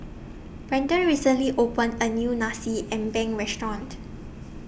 Brenden recently opened A New Nasi Ambeng Restaurant